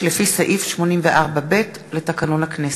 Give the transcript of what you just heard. הרווחה והבריאות נתקבלה.